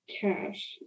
cash